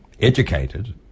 educated